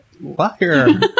Liar